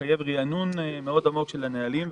שמחייב ריענון מאוד עמוק של הנהלים.